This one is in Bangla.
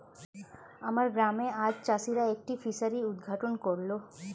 আমার গ্রামে আজ চাষিরা একটি ফিসারি উদ্ঘাটন করল